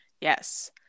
Yes